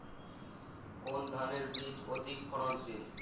কোন ধানের বীজ অধিক ফলনশীল?